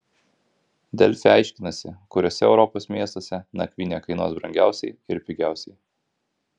delfi aiškinasi kuriuose europos miestuose nakvynė kainuos brangiausiai ir pigiausiai